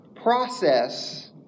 Process